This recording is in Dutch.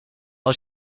als